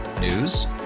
News